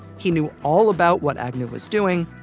he knew all about what agnew was doing.